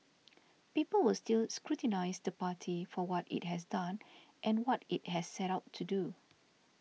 people will still scrutinise the party for what it has done and what it has set out to do